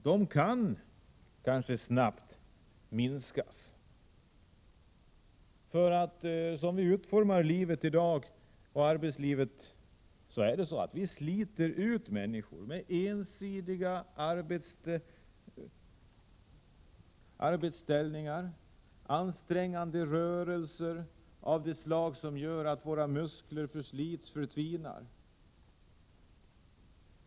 De kan kanske snabbt minskas. Så som vi utformar arbetslivet i dag sliter vi ut människor med ensidiga arbetsställningar, ansträngande rörelser av det slag som gör att våra muskler förslits.